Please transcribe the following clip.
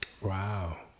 Wow